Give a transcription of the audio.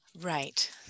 Right